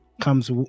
comes